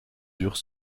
durent